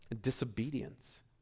disobedience